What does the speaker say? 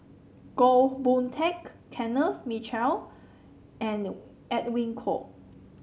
Goh Boon Teck Kenneth Mitchell and Edwin Koek